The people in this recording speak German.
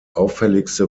auffälligste